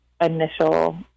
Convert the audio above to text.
initial